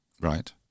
Right